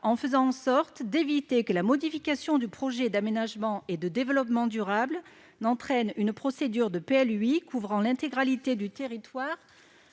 d'autre part, d'éviter que la modification du projet d'aménagement et de développement durable n'entraîne une procédure de PLUi couvrant l'intégralité du territoire